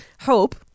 hope